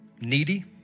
needy